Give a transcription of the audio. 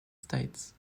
states